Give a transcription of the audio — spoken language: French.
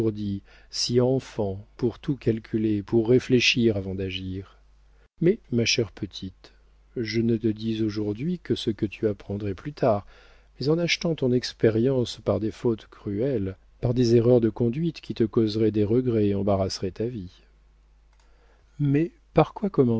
enfant pour tout calculer pour réfléchir avant d'agir mais ma chère petite je ne te dis aujourd'hui que ce que tu apprendrais plus tard mais en achetant ton expérience par des fautes cruelles par des erreurs de conduite qui te causeraient des regrets et embarrasseraient ta vie mais par quoi commencer